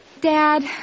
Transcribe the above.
Dad